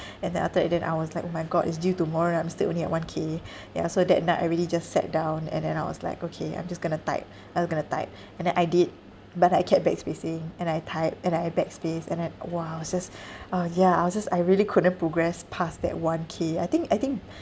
and then after that then I was like oh my god it's due tomorrow and I'm still only at one K ya so that night I really just sat down and then I was like okay I'm just going to type I was going to type and then I did but I kept backspacing and I type and I backspace and then !wah! I was just orh yeah I was just I really couldn't progress past that one K I think I think